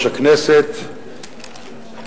אחרי שאתם תומכים בתקציב כזה, כמו, בבקשה.